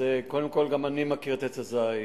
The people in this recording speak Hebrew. גם אני מכיר את "עץ הזית"